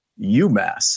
UMass